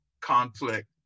conflict